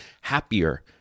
happier